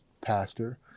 pastor